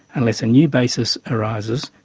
unless a new basis arises,